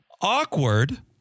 Awkward